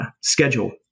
schedule